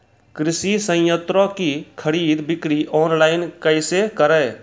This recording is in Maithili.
कृषि संयंत्रों की खरीद बिक्री ऑनलाइन कैसे करे?